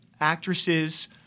actresses